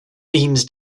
beams